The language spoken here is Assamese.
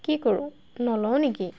কি কৰোঁ নলওঁ নেকি